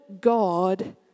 God